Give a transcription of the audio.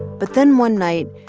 but then one night,